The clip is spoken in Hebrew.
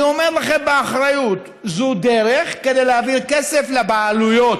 אני אומר לכם באחריות: זו דרך כדי להעביר כסף לבעלויות.